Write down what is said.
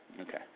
Okay